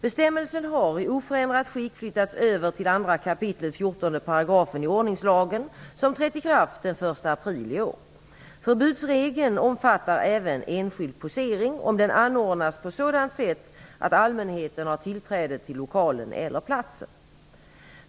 Bestämmelsen har i oförändrat skick flyttats över till 2 kap. 14 § i ordningslagen, som trädde i kraft den 1 april i år. Förbudsregeln omfattar även enskild posering, om den anordnas på sådant sätt att allmänheten har tillträde till lokalen eller platsen.